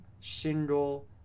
single